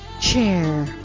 Chair